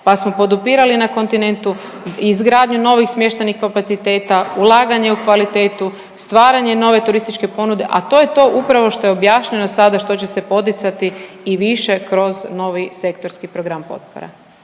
pa smo podupirali na kontinentu izgradnju novih smještajnih kapaciteta, ulaganje u kvalitetu, stvaranje nove turističke ponude, a to je to upravo što je objašnjeno sada što će se poticati i više kroz novi sektorski program potpora.